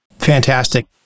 Fantastic